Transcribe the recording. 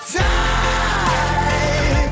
time